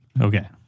okay